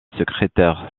secrétaire